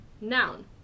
Noun